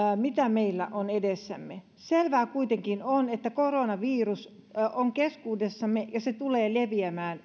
mitä meillä on edessämme selvää kuitenkin on että koronavirus on keskuudessamme ja se tulee leviämään